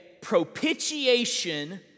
propitiation